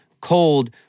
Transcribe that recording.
cold